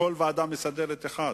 הכול ועדה מסדרת אחת,